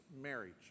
marriage